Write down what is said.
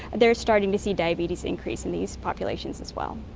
they're starting to see diabetes increase in these populations as well.